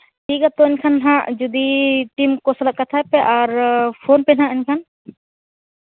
ᱴᱷᱤᱠ ᱟᱛᱚ ᱮᱱᱠᱷᱟᱱ ᱦᱟᱸᱜ ᱡᱩᱫᱤ ᱴᱤᱢ ᱠᱚ ᱥᱟᱞᱟᱜ ᱠᱟᱛᱷᱟᱭ ᱯᱮ ᱟᱨ ᱯᱷᱳᱱ ᱯᱮ ᱱᱟᱦᱟᱜ ᱮᱱᱠᱷᱟᱱ